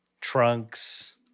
trunks